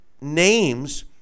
names